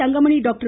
Thangamani doctor